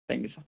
thank you sir